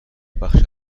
بخش